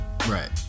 right